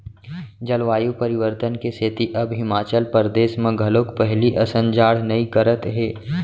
जलवायु परिवर्तन के सेती अब हिमाचल परदेस म घलोक पहिली असन जाड़ नइ करत हे